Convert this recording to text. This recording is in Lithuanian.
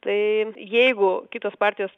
tai jeigu kitos partijos